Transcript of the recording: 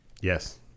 Yes